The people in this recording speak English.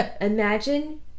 imagine